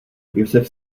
josef